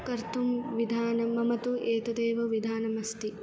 कर्तुं विधानं मम तु एतदेव विधानमस्ति